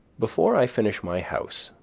before i finished my house,